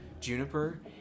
Juniper